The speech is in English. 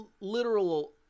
literal